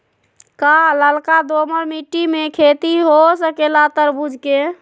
का लालका दोमर मिट्टी में खेती हो सकेला तरबूज के?